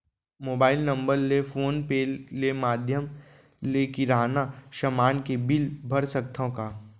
Mobile number ले phone पे ले माधयम ले किराना समान के बिल भर सकथव का?